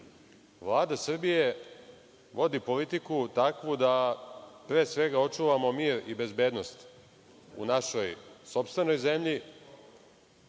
sveta. Vlada Srbije vodi politiku takvu da pre svega očuvamo mir i bezbednost u našoj sopstvenoj zemlji,